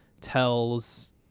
tells